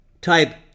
type